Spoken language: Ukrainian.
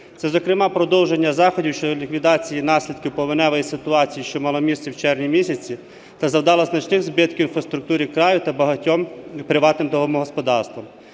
Це, зокрема, продовження заходів щодо ліквідації наслідків повеневої ситуації, що мала місце у червні місяці та завдала значних збитків по структурі краю та багатьом приватним домогосподарствам,